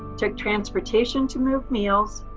took transportation to move meals,